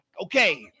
Okay